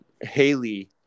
Haley